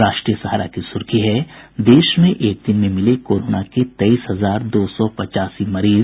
राष्ट्रीय सहारा की सुर्खी है देश में एक दिन में मिले कोरोना के तेईस हजार दो सौ पचासी मरीज